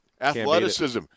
Athleticism